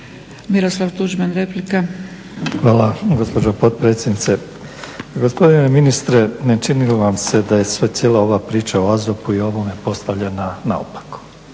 Miroslav (HDZ)** Hvala gospođo potpredsjednice. Gospodine ministre, ne čini li vam se da je cijela ova priča o AZOP-u postavljena naopako?